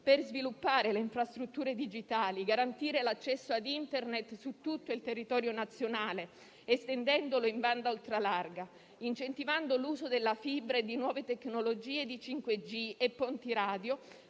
per sviluppare le infrastrutture digitali, garantire l'accesso ad Internet su tutto il territorio nazionale, estendendolo in banda ultralarga, incentivando l'uso della fibra, di nuove tecnologie, di 5G e ponti radio